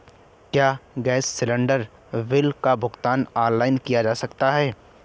क्या gas cylinder bill का भुगतान ऑनलाइन किया जा सकता है?